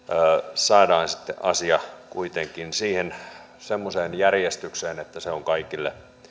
saadaan sitten asia kuitenkin semmoiseen järjestykseen että se on kaikille